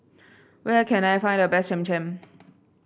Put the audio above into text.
where can I find the best Cham Cham